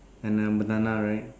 and a banana right